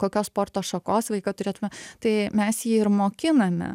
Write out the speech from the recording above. kokios sporto šakos vaiką turėtume tai mes jį ir mokiname